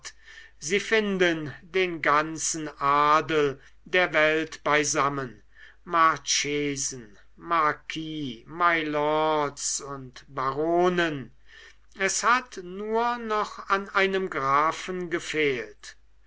sie finden den ganzen adel der welt beisammen marchesen marquis mylords und baronen es hat nur noch an einem grafen gefehlt